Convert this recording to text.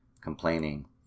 complaining